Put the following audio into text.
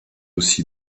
aussi